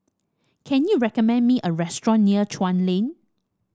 can you recommend me a restaurant near Chuan Lane